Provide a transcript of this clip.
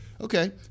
Okay